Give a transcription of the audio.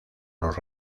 los